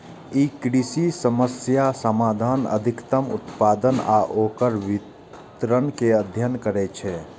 ई कृषि समस्याक समाधान, अधिकतम उत्पादन आ ओकर वितरण के अध्ययन करै छै